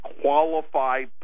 qualified